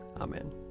Amen